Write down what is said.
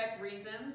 reasons